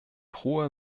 hoher